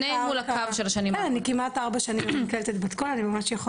חבורה של פאשיסטים קיצוניים השתלטו על המדינה ומתנהלים כמו מאפיה,